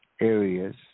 areas